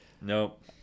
Nope